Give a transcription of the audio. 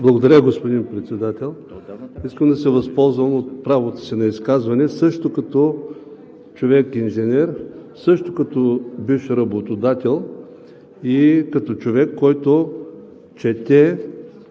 Благодаря, господин Председател. Искам да се възползвам от правото си на изказване също като човек инженер, като бивш работодател и като човек, който чете